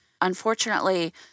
Unfortunately